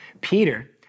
Peter